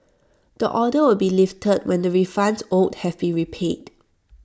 the order will be lifted when the refunds owed have been repaid